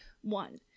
one